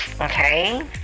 Okay